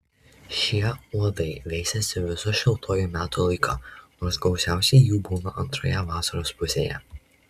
šie uodai veisiasi visu šiltuoju metų laiku nors gausiausiai jų būna antroje vasaros pusėje